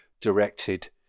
directed